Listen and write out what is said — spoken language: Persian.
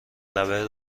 لبه